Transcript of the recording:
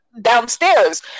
downstairs